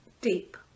deep